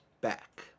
back